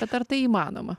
bet ar tai įmanoma